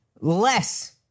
less